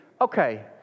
okay